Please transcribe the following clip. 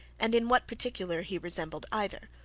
and in what particular he resembled either,